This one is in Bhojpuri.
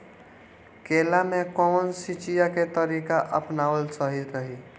केला में कवन सिचीया के तरिका अपनावल सही रही?